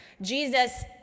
Jesus